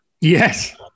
Yes